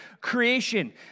creation